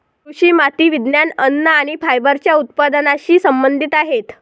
कृषी माती विज्ञान, अन्न आणि फायबरच्या उत्पादनाशी संबंधित आहेत